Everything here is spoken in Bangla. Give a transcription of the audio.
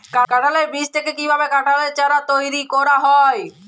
কাঁঠালের বীজ থেকে কীভাবে কাঁঠালের চারা তৈরি করা হয়?